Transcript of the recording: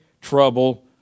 trouble